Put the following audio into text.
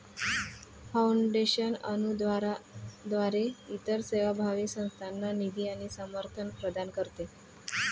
foundation अनुदानाद्वारे इतर सेवाभावी संस्थांना निधी आणि समर्थन प्रदान करते